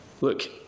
look